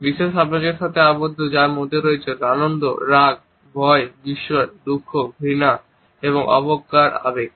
বিশেষ আবেগের সাথে আবদ্ধ যার মধ্যে রয়েছে আনন্দ রাগ ভয় বিস্ময় দুঃখ ঘৃণা এবং অবজ্ঞার আবেগ